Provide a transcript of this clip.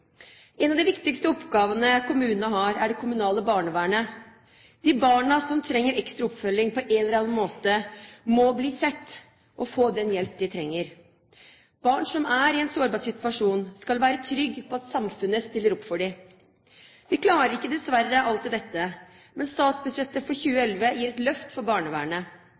En av de viktigste oppgavene kommunene har, er det kommunale barnevernet. De barna som trenger ekstra oppfølging på en eller annen måte, må bli sett og få den hjelpen de trenger. Barn som er i en sårbar situasjon, skal være trygge på at samfunnet stiller opp for dem. Vi klarer dessverre ikke alltid dette. Men statsbudsjettet for 2011 gir et løft for barnevernet.